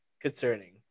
concerning